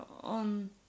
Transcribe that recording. on